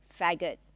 faggot